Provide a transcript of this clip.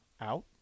out